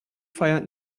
feiert